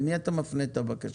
למי אתה מפנה את הבקשה?